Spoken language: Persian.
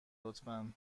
لطفا